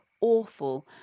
awful